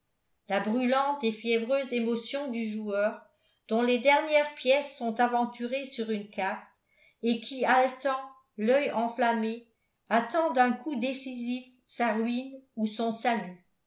la brûlante et fiévreuse émotion du joueur dont les dernières pièces sont aventurées sur une carte et qui haletant l'oeil enflammé attend d'un coup décisif sa ruine ou son salut